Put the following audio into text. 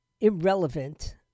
irrelevant